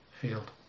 field